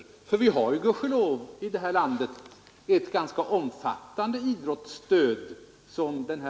För vi har ju gudskelov i det här landet ett ganska omfattande idrottsstöd.